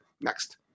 Next